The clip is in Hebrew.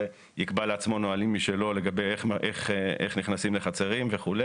יקבע לעצמו נהלים משלו לגבי איך נכנסים לחצרים וכו'.